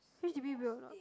H_D_B will not